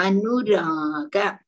Anuraga